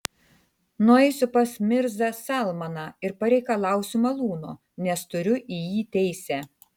nueisiu pas mirzą salmaną ir pareikalausiu malūno nes turiu į jį teisę